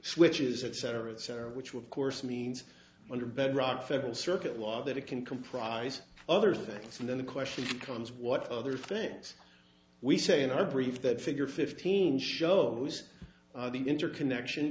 switches etc etc which were of course means under bedrock federal circuit law that it can comprise other things and then the question becomes what other things we say in our brief that figure fifteen shows the interconnection